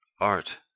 art